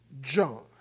John